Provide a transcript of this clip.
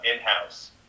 in-house